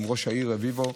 עם ראש העיר רביבו,